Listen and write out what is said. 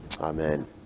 Amen